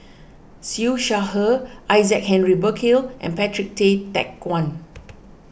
Siew Shaw Her Isaac Henry Burkill and Patrick Tay Teck Guan